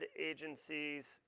agencies